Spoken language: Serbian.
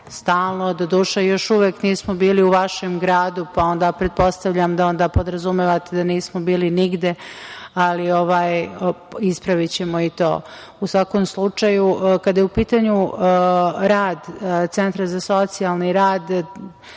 stalno, doduše još uvek nismo bili u vašem gradu, pa onda pretpostavljam da podrazumevate da nismo bili nigde. Ali, ispravićemo i to.U svakom slučaju, kada je u pitanju rad Centra za socijalni rad